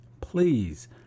Please